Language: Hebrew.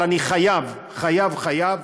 אבל אני חייב, חייב, חייב,